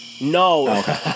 No